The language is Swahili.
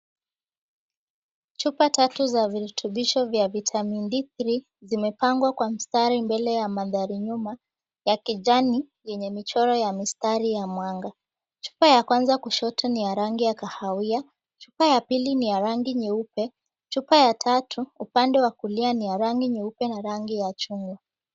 Chupa tatu za virutubisho vya Vitamin D3, zimepangwa kwa mstari mbele ya mandhari nyuma ya kijani yenye michoro ya mstari ya mwanga. Chupa ya kwanza kushoto ni ya rangi ya kahawia, chupa ya pili ni ya rangi nyeupe, chupa ya tatu upande wa kulia ni ya rangi nyeupe na rangi ya chungwa.